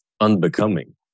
unbecoming